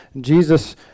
Jesus